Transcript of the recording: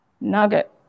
nugget